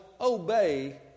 obey